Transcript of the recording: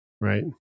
right